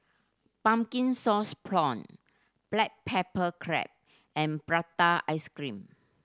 pumpkin sauce prawn black pepper crab and prata ice cream